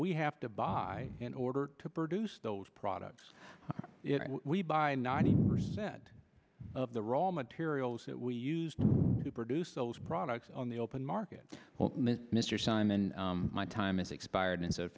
we have to buy in order to produce those products we buy ninety percent of the raw materials that we used to produce those products on the open market mr simon my time is expired